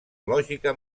lògica